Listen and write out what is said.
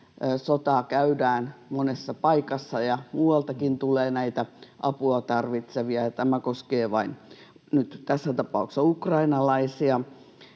sotaa käydään monessa paikassa ja muualtakin tulee apua tarvitsevia, ja tämä koskee nyt tässä tapauksessa vain ukrainalaisia.